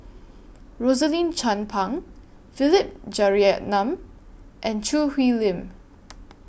Rosaline Chan Pang Philip Jeyaretnam and Choo Hwee Lim